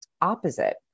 opposite